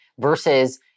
versus